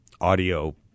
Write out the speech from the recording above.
audio